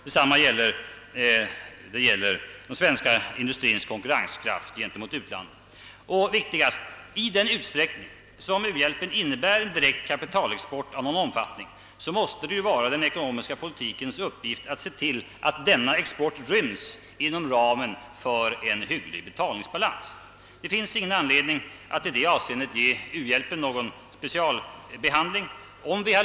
Detsamma gäller den svenska industrins konkurrenskraft gentemot utlandet. Och viktigast: i den utsträckning ' som uhjälpen innebär direkt kapitalexport av någon omfattning, måste det vara den ekonomiska politikens uppgift att se till att den exporten rymmes inom ramen för en hygglig betalningsbalans. Det finns ingen anledning att i det avseendet ge u-hjälpen någon speciell behandling.